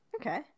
Okay